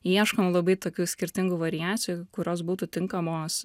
ieškom labai tokių skirtingų variacijų kurios būtų tinkamos